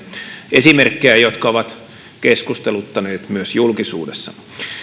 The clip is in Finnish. esimerkkejä jotka ovat keskusteluttaneet myös julkisuudessa